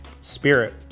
spirit